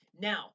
Now